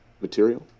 material